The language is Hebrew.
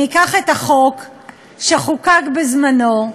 ניקח את החוק שחוקק בזמנו,